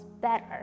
better